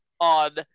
on